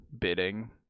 bidding